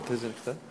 מתי זה נכתב?